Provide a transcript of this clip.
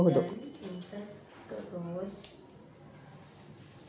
ಬೆಳೆ ರಾಶಿ ಮಾಡಲು ಕಮ್ಮಿ ವೆಚ್ಚದಲ್ಲಿ ಯಾವ ಯಂತ್ರ ಬಳಸಬಹುದು?